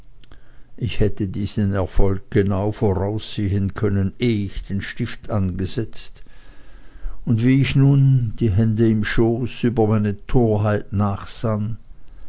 ich hätte diesen erfolg genau voraussehen können eh ich den stift angesetzt und wie ich nun die hände im schoß über meine torheit nachsann